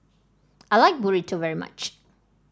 I like Burrito very much